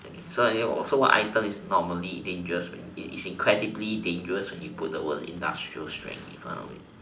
okay so what items is normally dangerous incredibly dangerous when you put the word industrial strength in front of it